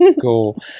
Cool